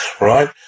Right